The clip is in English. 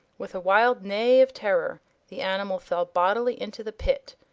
with a wild neigh of terror the animal fell bodily into the pit,